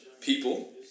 people